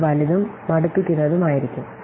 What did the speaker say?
ഇത് വലുതും മടുപ്പിക്കുന്നതുമായിരിക്കും